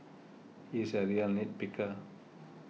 he is a real nit picker